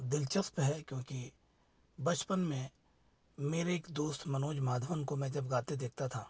दिलचस्प है क्योंकि बचपन में मेरे एक दोस्त मनोज माधवन को मैं जब गाते देखता था